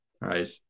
Right